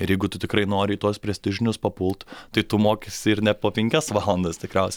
ir jeigu tu tikrai nori į tuos prestižinius papult tai tu mokysi ir ne po penkias valandas tikriausiai